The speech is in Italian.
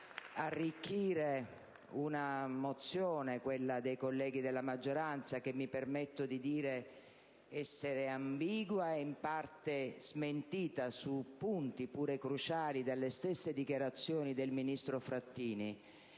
di risoluzione, quella dei colleghi della maggioranza, che mi permetto di definire ambigua e in parte smentita su punti anche cruciali dalle stesse dichiarazioni del ministro Frattini.